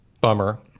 Bummer